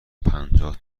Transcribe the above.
پنجاه